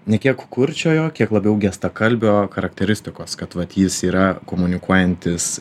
ne kiek kurčiojo kiek labiau gestakalbio charakteristikos kad vat jis yra komunikuojantis